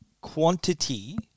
quantity